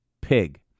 pig